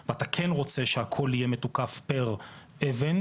אתה כן רוצה שהכל יהיה מתוקף פר אבן,